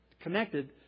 connected